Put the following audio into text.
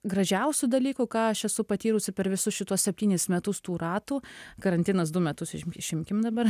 gražiausių dalykų ką aš esu patyrusi per visus šituos septynis metus tų ratų karantinas du metus išimkim dabar